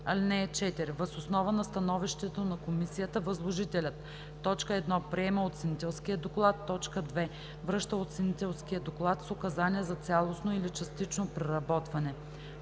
(4) Въз основа на становището на комисията възложителят: 1. приема оценителския доклад; 2. връща оценителския доклад с указания за цялостно или частично преработване.